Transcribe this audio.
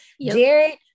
Jared